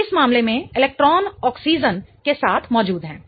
तो इस मामले में इलेक्ट्रॉन ऑक्सीजन के साथ मौजूद हैं